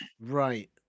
Right